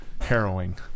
harrowing